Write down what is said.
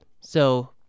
So-